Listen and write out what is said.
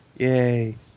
Yay